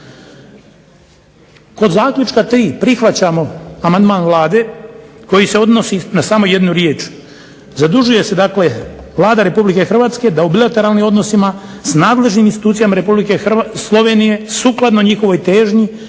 Kod zaključka 3. prihvaćamo amandman Vlade koji se odnosi na samo jednu riječ – "Zadužuje se dakle Vlada Republike Hrvatske da u bilateralnim odnosima s nadležnim institucijama Republike Slovenije sukladno njihovoj težnji